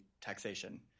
taxation